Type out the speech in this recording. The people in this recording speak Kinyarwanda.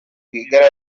rwigara